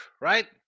right